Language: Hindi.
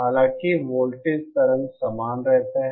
हालांकि वोल्टेज तरंग समान रहता है